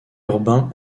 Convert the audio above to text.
urbain